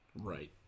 right